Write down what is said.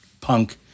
punk